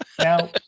Now